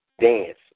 dance